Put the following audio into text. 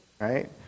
right